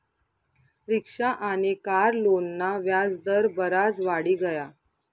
rickshaw आनी car लोनना व्याज दर बराज वाढी गया